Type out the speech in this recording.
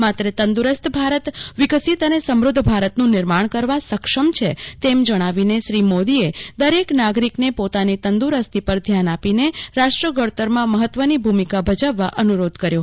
માત્ર તંદુરસ્ત ભારત વિકસીત અને સમૃધ્ધ ભારતનું નિર્માણ કરવા સક્ષમ છે તેમ જણાવીને શ્રી મોદીએ દરેક નાગરીકને પોતાની તંદુરસ્તી પરધ્યાન આપીને રાષ્ટ્ર ઘડતરમાંમહત્વની ભૂમિકા ભજવવા અનુરોધ કર્યો હતો